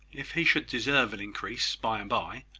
if he should deserve an increase by and by,